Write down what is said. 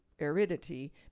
aridity